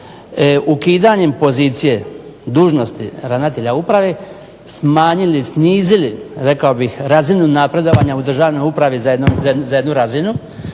ukidanjem pozicije dužnosti ravnatelja uprave smanjili, snizili rekao bih razinu napredovanja u državnoj upravi za jednu razinu